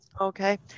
Okay